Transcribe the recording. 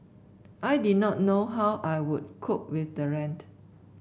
I did not know how I would cope with the rent